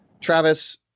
Travis